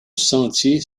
sentier